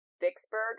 vicksburg